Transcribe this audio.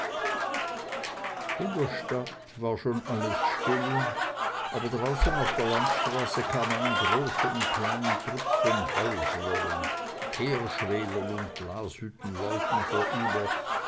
in der stadt war schon alles still aber draußen auf der landstraße kam man an großen und kleinen trupps von häuslern teerschwelern und glashüttenleuten vorüber